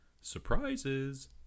surprises